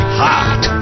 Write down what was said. hot